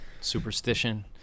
superstition